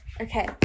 Okay